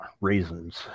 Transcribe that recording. raisins